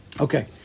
Okay